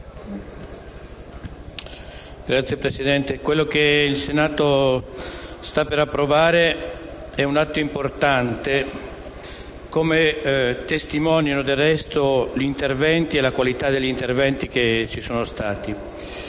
Signor Presidente, quello che il Senato sta per approvare è un atto importante, come testimonia del resto la qualità degli interventi che ci sono stati.